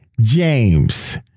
james